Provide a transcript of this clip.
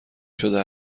شده